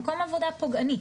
מקום עבודה פוגעני.